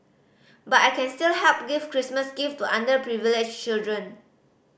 but I can still help give Christmas gift to underprivileged children